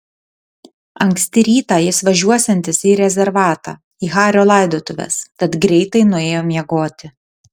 anksti rytą jis važiuosiantis į rezervatą į hario laidotuves tad greitai nuėjo miegoti